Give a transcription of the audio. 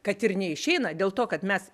kad ir neišeina dėl to kad mes